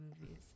movies